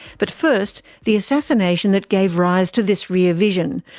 but first, the assassination that gave rise to this rear vision,